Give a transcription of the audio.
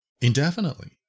indefinitely